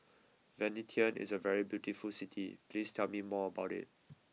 Vientiane is a very beautiful city please tell me more about it